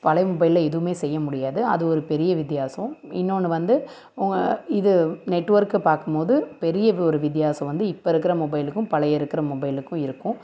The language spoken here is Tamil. பழைய மொபைலில் எதுவுமே செய்ய முடியாது அது ஒரு பெரிய வித்யாசம் இன்னோன்று வந்து உங்கள் இது நெட்ஒர்க்கை பாக்கும்போது பெரிய ஒரு வித்யாசம் வந்து இப்போ இருக்கிற மொபைலுக்கும் பழைய இருக்கிற மொபைலுக்கும் இருக்கும்